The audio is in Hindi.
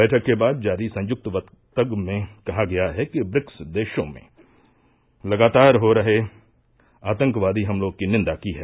बैठक के बाद जारी संयक्त वक्तव्य में कहा गया है कि ब्रिक्स देशों ने लगातार हो रहे आतंकवादी हमलों की निंदा की है